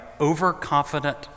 overconfident